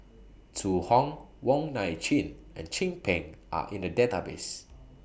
Zhu Hong Wong Nai Chin and Chin Peng Are in The Database